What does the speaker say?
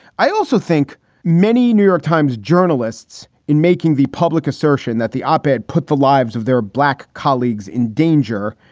i also think many new york times journalists in making the public assertion that the op ed put the lives of their black colleagues in danger,